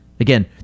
Again